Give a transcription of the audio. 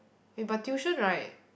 eh but tuition right